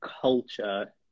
culture